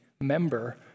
member